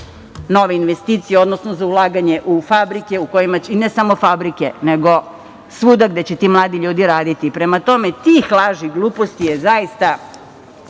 nove investicije, odnosno za ulaganje u fabrike, i ne samo fabrike nego svuda gde će ti mladi ljudi raditi. Prema tome, tih laži i gluposti je zaista